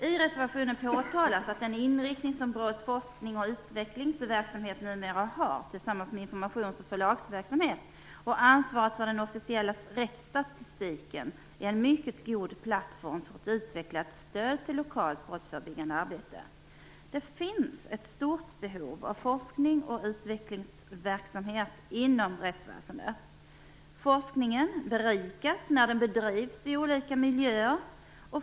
I reservationen påtalas att den inriktning som brottsforskning och utvecklingsverksamhet numera har, tillsammans med informations och förlagsverksamhet och ansvaret för den officiella rättsstatistiken, är en mycket god plattform för ett utvecklat stöd till lokalt brottsförebyggande arbete. Det finns ett stort behov av forsknings och utvecklingsverksamhet inom rättsväsendet. Forskningen berikas när den bedrivs i olika miljöer.